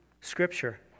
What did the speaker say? Scripture